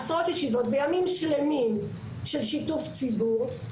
וימים שלמים של שיתוף ציבור,